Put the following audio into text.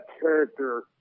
character